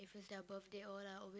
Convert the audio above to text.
if it's their birthday all lah obviou~